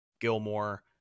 Gilmore